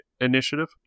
initiative